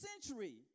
century